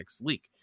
leak